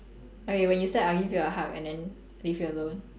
okay when you sad I'll give you a hug and then leave you alone